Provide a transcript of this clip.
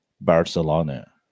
Barcelona